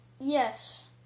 Yes